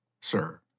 sir